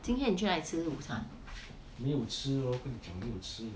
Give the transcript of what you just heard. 今天你去那里吃午餐